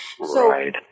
Right